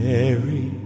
Mary